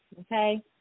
okay